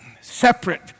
separate